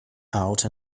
out